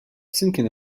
thinking